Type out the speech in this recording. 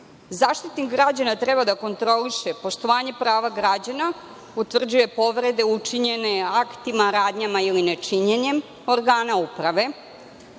Zaštitnik građana treba da kontroliše prava građana, utvrđuje povrede učinjene aktima, radnjama ili nečinjenjem organa uprave.